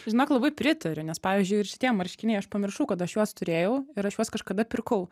žinok labai pritariu nes pavyzdžiui ir šitie marškiniai aš pamiršau kad aš juos turėjau ir aš juos kažkada pirkau